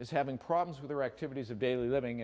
is having problems with their activities of daily living